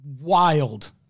wild